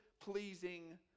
pleasing